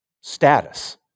status